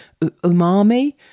umami